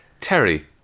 Terry